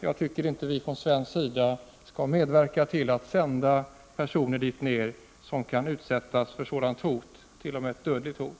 Jag tycker inte att vi från svensk sida skall medverka till att sända personer dit där de kan utsättas för dödshot.